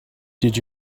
did